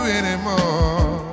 anymore